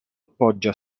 poggia